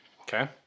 Okay